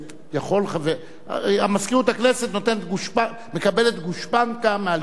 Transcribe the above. מזכירות הכנסת מקבלת גושפנקה מהלשכה המשפטית.